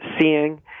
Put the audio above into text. seeing